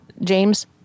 James